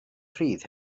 rhydd